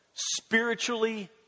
spiritually